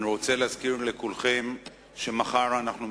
אני רוצה להזכיר לכולכם שמחר בשעה 11:00